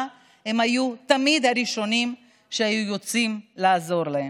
הם היו תמיד הראשונים שהיו יוצאים לעזור לו.